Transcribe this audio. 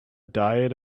diet